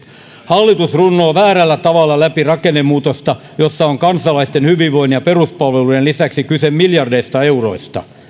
hallitus runnoo väärällä tavalla läpi rakennemuutosta jossa on kansalaisten hyvinvoinnin ja peruspalvelujen lisäksi kyse miljardeista euroista